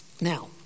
Now